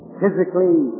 physically